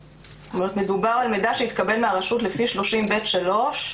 מדובר על מידע שהתקבל מהרשות לפי 30ב(3),